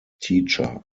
teacher